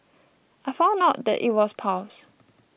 I found out that it was piles